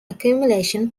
accumulation